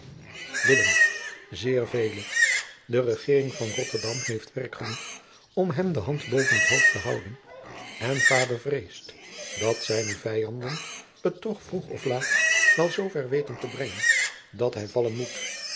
de regering van rotterdam heeft werk genoeg om hem de hand boven het hoofd te houden en vader vreest dat zijne vijanden het toch vroeg of laat wel zoo ver zullen weten te brengen dat hij vallen moet